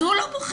אז הוא לא בוחר